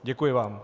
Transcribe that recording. Děkuji vám.